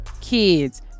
kids